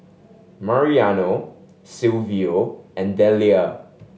Mariano Silvio and Dellia